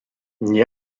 nie